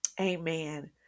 Amen